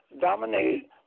dominate